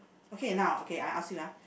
okay now okay I ask you ah